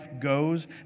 goes